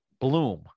bloom